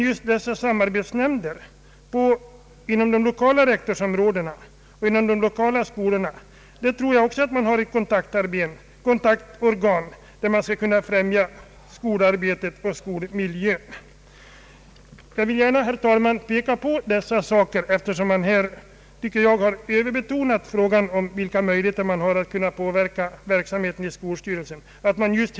Just dessa samarbetsnämnder inom de 1lokala rektorsområdena och i de lokala skolorna tror jag är ett kontaktorgan som kan främja skolarbetet och skolmiljön. Jag vill gärna peka på dessa saker, eftersom man här tycks ha överbetonat frågan om vilka möjligheter som finns att påverka skolstyrelsernas verksamhet.